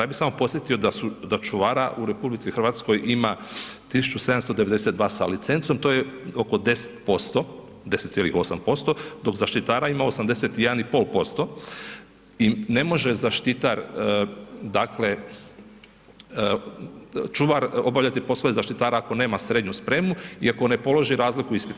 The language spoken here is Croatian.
Ja bih samo podsjetio da čuvara u RH ima 1792 sa licencom, to je oko 10%, 10,8%, dok zaštitara ima 81,5% i ne može zaštitar, dakle, čuvar obavljati poslove zaštitara ako nema srednju spremu i ako ne položi razliku ispita.